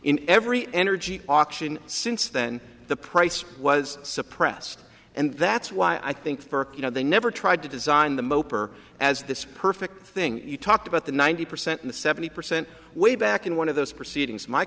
in every energy auction since then the price was suppressed and that's why i think you know they never tried to design the moper as this perfect thing you talked about the ninety percent in the seventy percent way back in one of those proceedings my